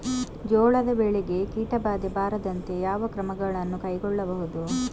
ಜೋಳದ ಬೆಳೆಗೆ ಕೀಟಬಾಧೆ ಬಾರದಂತೆ ಯಾವ ಕ್ರಮಗಳನ್ನು ಕೈಗೊಳ್ಳಬಹುದು?